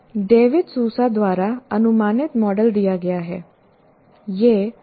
David Sousa द्वारा अनुमानित model दिया गया है